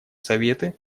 советы